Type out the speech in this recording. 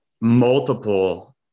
multiple